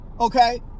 okay